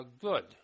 Good